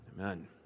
Amen